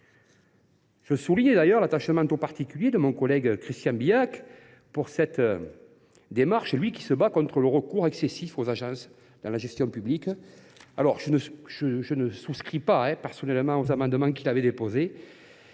Je souligne d’ailleurs l’attachement tout particulier de Christian Bilhac à cette démarche, lui qui se bat contre le recours excessif aux agences dans la gestion publique. Bien que je ne souscrive pas personnellement aux amendements qu’il a déposés,